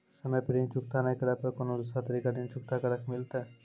समय पर ऋण चुकता नै करे पर कोनो दूसरा तरीका ऋण चुकता करे के मिलतै?